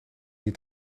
hier